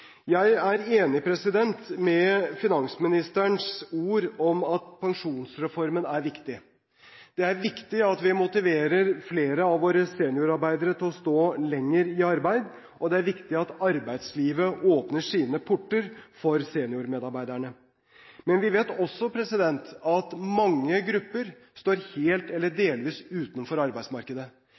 Jeg er enig i finansministerens ord om at pensjonsreformen er viktig. Det er viktig at vi motiverer flere av våre seniorarbeidere til å stå lenger i arbeid. Det er viktig at arbeidslivet åpner sine porter for seniormedarbeiderne. Men vi vet også at mange grupper står helt eller delvis utenfor arbeidsmarkedet.